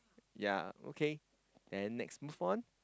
ya okay then next move on